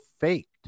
faked